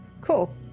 Cool